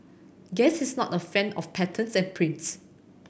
guess he's not a fan of patterns and prints